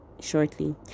shortly